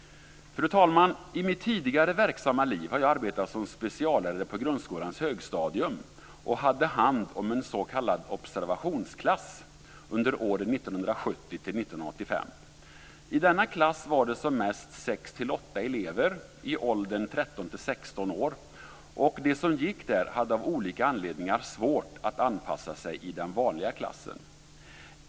Fru talman! I mitt tidigare verksamma liv har jag arbetat som speciallärare på grundskolans högstadium. Jag hade hand om en s.k. observationsklass under åren 1970-1985. I denna klass var det som mest 6-8 elever i åldern 13-16 år, och de som gick där hade av olika anledningar svårt att anpassa sig i den vanliga klassen.